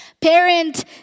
Parent